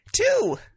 two